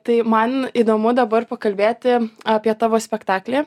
tai man įdomu dabar pakalbėti apie tavo spektaklį